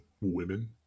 women